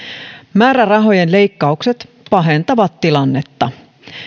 määrärahojen leikkaukset pahentavat tilannetta